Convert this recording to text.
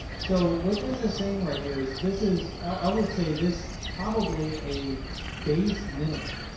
so what this is saying right here is this is, i would say this probably a base minimum.